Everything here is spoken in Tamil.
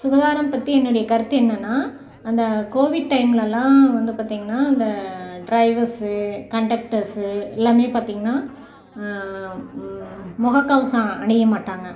சுகாதாரம் பற்றி என்னுடைய கருத்து என்னென்னா அந்த கோவிட் டைம்லெல்லாம் வந்து பார்த்தீங்கன்னா அந்த ட்ரைவ்வர்ஸ்ஸு கண்டக்டர்ஸ்ஸு எல்லாமே பார்த்தீங்கன்னா முகக்கவசம் அணியமாட்டாங்க